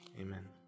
Amen